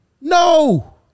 No